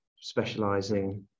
specializing